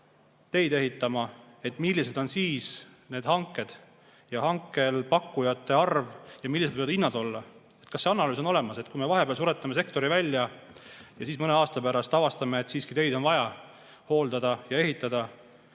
teid ehitama, millised on siis need hanked ja pakkujate arv ja millised võivad hinnad olla? Kas see analüüs on olemas? Kui me vahepeal suretame sektori välja ja siis mõne aasta pärast avastame, et teid on vaja hooldada ja ehitada,